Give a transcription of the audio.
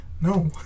No